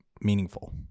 meaningful